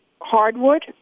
hardwood